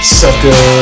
sucker